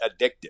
addictive